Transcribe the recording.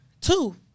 two